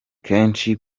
kenshi